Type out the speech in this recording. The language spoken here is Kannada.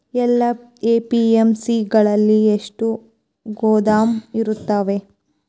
ಎಲ್ಲಾ ಎ.ಪಿ.ಎಮ್.ಸಿ ಗಳಲ್ಲಿ ಎಷ್ಟು ಗೋದಾಮು ಇರುತ್ತವೆ?